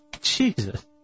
Jesus